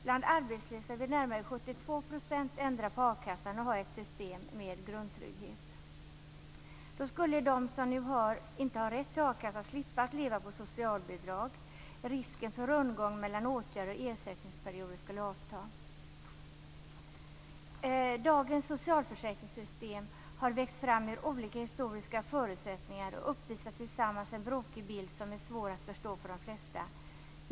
Bland arbetslösa vill närmare 72 % ändra på a-kassan och ha ett system med grundtrygghet. Då skulle de som nu inte har rätt till a-kassa slippa leva på socialbidrag. Risken för rundgång mellan åtgärder och ersättningsperioder skulle avta. Dagens socialförsäkringssystem har vuxit fram ur olika historiska förutsättningar och uppvisar tillsammans en brokig bild som är svår att förstå för de flesta.